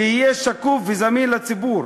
שיהיה שקוף וזמין לציבור,